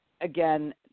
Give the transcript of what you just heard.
again